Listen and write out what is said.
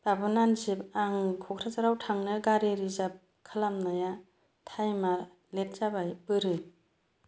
आब' नानसि आं क'क्राझाराव थांनो गारि रिजार्भ खालामनाया टाइमआ लेट जाबाय बोरो